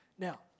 Now